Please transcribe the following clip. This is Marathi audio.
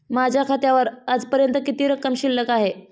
माझ्या खात्यावर आजपर्यंत किती रक्कम शिल्लक आहे?